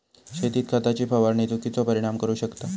शेतीत खताची फवारणी चुकिचो परिणाम करू शकता